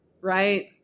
Right